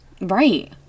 Right